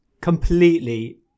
completely